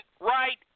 right